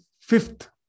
fifth